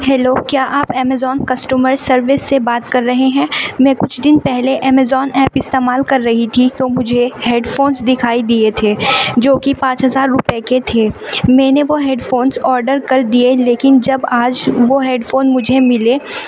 hello کیا آپ Amazon customer service سے بات کر رہے ہیں میں کچھ دن پہلے امیزون ایپ استعمال کر رہی تھی تو مجھے ہیڈ فونس دکھائی دیے تھے جو کہ پانچ ہزار روپے کے تھے میں نے وہ ہیڈ فونس آڈر کر دیے لیکن جب آج وہ ہیڈ فون مجھے ملے